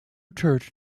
church